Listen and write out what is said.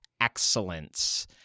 excellence